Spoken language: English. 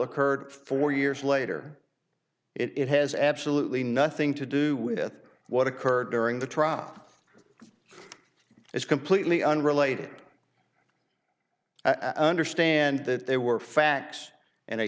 occurred four years later it has absolutely nothing to do with what occurred during the trial it's completely unrelated understand that there were facts and a